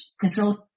control